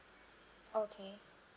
okay